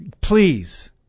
Please